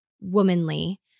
womanly